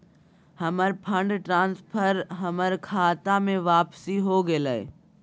हमर fund transfer हमर खता में वापसी हो गेलय